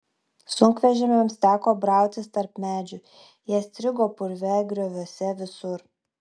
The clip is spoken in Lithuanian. sunkvežimiams teko brautis tarp medžių jie strigo purve grioviuose visur